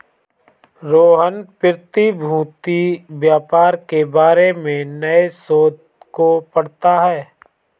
रोहन प्रतिभूति व्यापार के बारे में नए शोध को पढ़ता है